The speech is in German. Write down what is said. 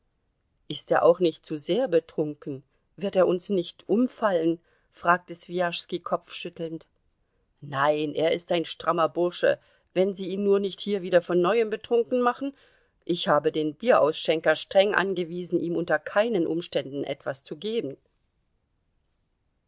ist er auch nicht zu sehr betrunken wird er uns nicht umfallen fragte swijaschski kopfschüttelnd nein er ist ein strammer bursche wenn sie ihn nur nicht hier wieder von neuem betrunken machen ich habe den bierausschenker streng angewiesen ihm unter keinen umständen etwas zu geben